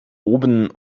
oben